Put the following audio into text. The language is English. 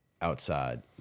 outside